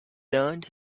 learned